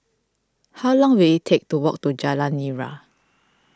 how long will it take to walk to Jalan Nira